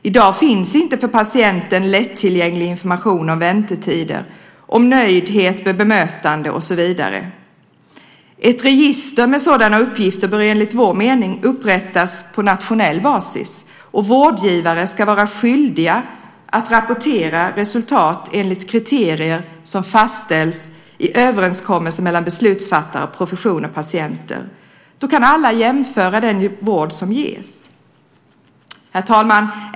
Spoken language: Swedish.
I dag finns ingen för patienten lättillgänglig information om väntetider, om nöjdhet vid bemötande och så vidare. Ett register med sådana uppgifter bör enligt vår mening upprättas på nationell basis, och vårdgivare ska vara skyldiga att rapportera resultat enligt kriterier som fastställs i överenskommelse mellan beslutsfattare, profession och patienter. Då kan alla jämföra den vård som ges. Herr talman!